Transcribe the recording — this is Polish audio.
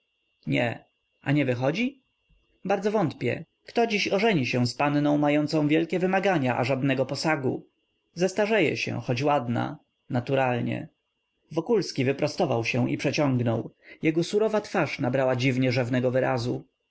nie a nie wychodzi bardzo wątpię kto dziś ożeni się z panną mającą wielkie wymagania a żadnego posagu zestarzeje się choć ładna naturalnie wokulski wyprostował się i przeciągnął jego surowa twarz nabrała dziwnie rzewnego wyrazu